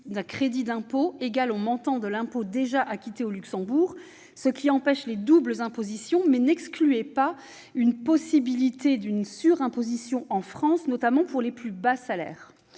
d'un crédit d'impôt égal au montant de l'impôt déjà acquitté au Luxembourg, ce qui empêche les doubles impositions, mais n'exclut pas une possible surimposition en France, notamment pour les plus bas salaires.